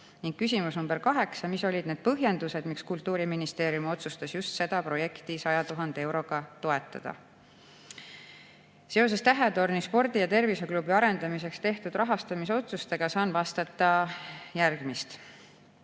küsimus nr 8: "Mis olid need põhjendused, miks Kultuuriministeerium otsustas just seda projekti 100 000 euroga toetada?" Seoses Tähetorni Spordi- ja Terviseklubi arendamiseks tehtud rahastamisotsustega saan vastata järgmist.